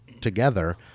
together